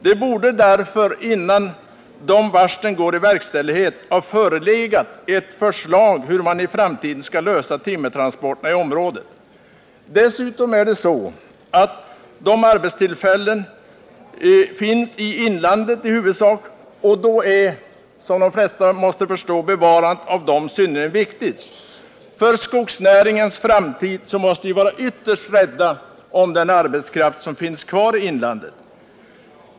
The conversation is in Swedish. Det borde därför, innan dessa varsel går i verkställighet, ha förelegat ett förslag om hur man i framtiden skall lösa problemet med timmertransporterna i området. Dessutom är det så att dessa arbetstillfällen i huvudsak finns i inlandet, och då är, som de flesta måste förstå, bevarandet av dem synnerligen viktigt. För skogsnäringens framtid måste vi vara ytterst rädda om den arbetskraft som finns kvar i inlandet.